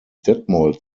detmold